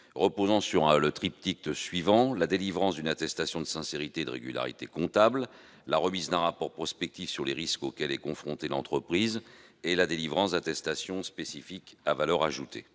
reposant sur le triptyque suivant : la délivrance d'une attestation de sincérité et de régularité comptables, la remise d'un rapport prospectif sur les risques auxquels est confrontée l'entreprise et la délivrance d'attestations spécifiques à valeur ajoutée